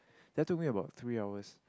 that took me about three hours